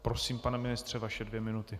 Prosím, pane ministře, vaše dvě minuty.